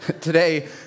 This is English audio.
Today